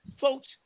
folks